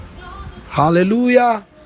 hallelujah